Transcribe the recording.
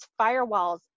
firewalls